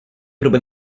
próbę